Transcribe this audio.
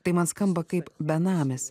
tai man skamba kaip benamis